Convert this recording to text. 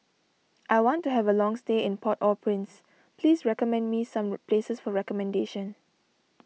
I want to have a long stay in Port Au Prince please recommend me some places for accommodation